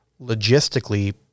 logistically